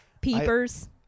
Peepers